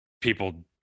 people